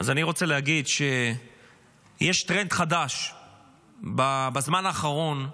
אז אני רוצה להגיד שיש טרנד חדש בזמן האחרון,